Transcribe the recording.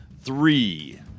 three